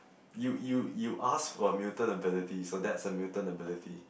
you you you ask for a mutant ability so that's a mutant ability